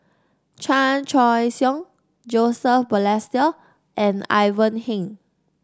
Chan Choy Siong Joseph Balestier and Ivan Heng